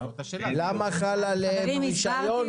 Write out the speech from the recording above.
אין לנו בעיה להוציא את הדיון מהבמה חזרה לקלעים לבקשתו של היושב-ראש.